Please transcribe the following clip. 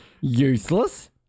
Useless